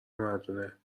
مردونه